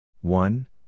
One